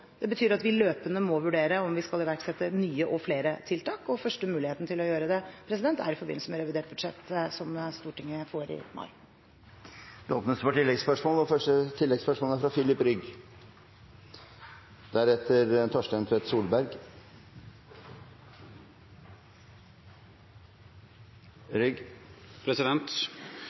Det betyr at vi løpende må vurdere om vi skal iverksette nye og flere tiltak, og første muligheten til å gjøre det er i forbindelse med revidert budsjett, som Stortinget får i mai. Det åpnes for oppfølgingsspørsmål – først Filip Rygg. Under finanskrisen var fremskrittspartileder Siv Jensen bekymret over manglende handling fra